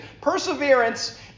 Perseverance